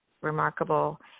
remarkable